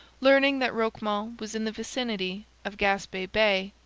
learning that roquemont was in the vicinity of gaspe bay,